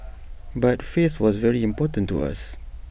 but face was very important to us